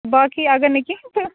باقٕے اگرنہٕ کہینۍ تہٕ